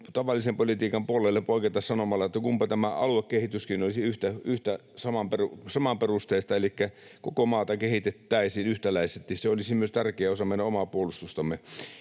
tavallisen politiikan puolelle poiketa sanomalla, että kunpa aluekehittäminenkin olisi saman perusteista, elikkä koko maata kehitettäisiin yhtäläisesti. Se olisi myös tärkeä osa meidän omaa puolustustamme.